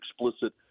explicit